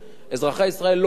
אזרחי ישראל לוקחים,